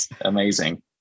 amazing